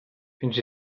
fins